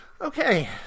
Okay